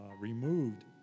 removed